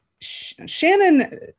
shannon